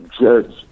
judge